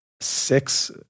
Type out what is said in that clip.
six